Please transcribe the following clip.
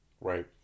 Right